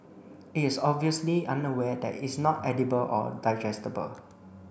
it is obviously unaware that it's not edible or digestible